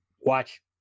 watch